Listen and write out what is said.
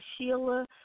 Sheila